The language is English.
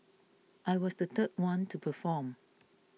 I was the third one to perform